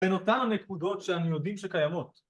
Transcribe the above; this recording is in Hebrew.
‫בין אותן הנתקודות ‫שאנו יודעים שקיימות.